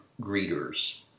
Greeters